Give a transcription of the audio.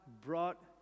brought